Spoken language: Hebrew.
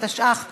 התשע"ח 2018,